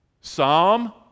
Psalm